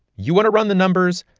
you want to run the numbers?